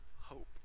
hope